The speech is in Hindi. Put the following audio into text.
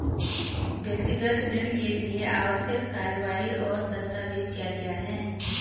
व्यक्तिगत ऋण के लिए आवश्यक कार्यवाही और दस्तावेज़ क्या क्या हैं?